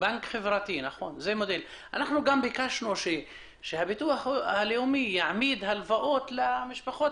בקשנו גם שהביטוח הלאומי יעמיד הלוואות למשפחות